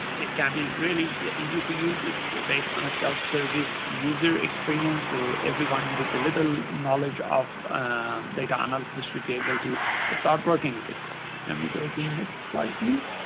ah it can be really easy to use. it's based on a self service user experience, so everyone with a little knowledge of data analysis should be able to start working with it and we go to next slide please.